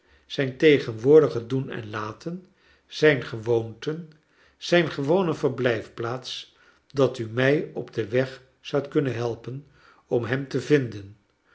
zijn tegenwoordige doen en laten zijn gewoonten zijn gewone verblijf plaats dat u mij op den weg zoudt kunnen helpen om hem te vinden